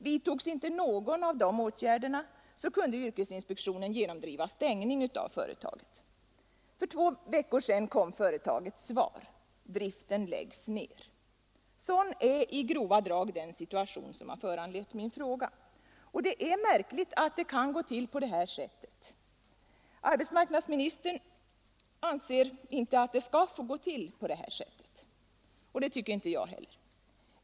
Vidtogs inte någon av dessa åtgärder kunde yrkesinspektionen genomdriva stängning av företaget. Sådan är i grova drag den situation som föranlett min fråga. Det är märkligt att det kan gå till på det här sättet. Arbetsmarknadsministern anser att det inte skall få vara på detta sätt, och det tycker inte jag heller.